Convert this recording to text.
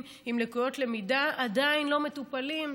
עם לקויות למידה עדיין לא מטופלים,